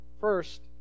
First